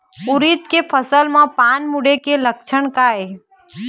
उरीद के फसल म पान मुड़े के लक्षण का ये?